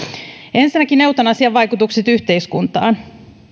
ensinnäkin eutanasian vaikutukset yhteiskuntaan